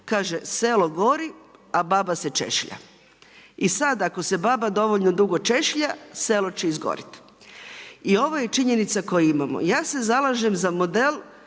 Kaže „selo gori, a baba se češlja“. I sad ako se baba dovoljno dugo češlja, selo će izgoriti. I ovo je činjenica koju imamo. Ja se zalažem za model